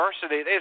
diversity